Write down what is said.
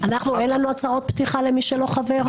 אין לנו הצהרות פתיחה, מי שלא חבר?